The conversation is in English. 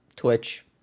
Twitch